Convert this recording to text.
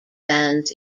bands